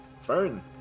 Fern